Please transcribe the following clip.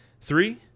three